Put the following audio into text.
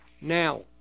Now